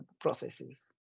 processes